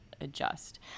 adjust